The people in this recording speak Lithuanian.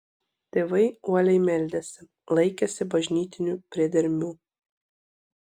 tėvai uoliai meldėsi laikėsi bažnytinių priedermių